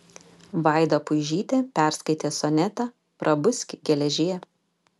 vaida puižytė perskaitė sonetą prabuski geležie